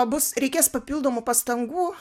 bus reikės papildomų pastangų